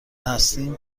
هستیم